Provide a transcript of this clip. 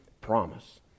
promise